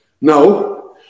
No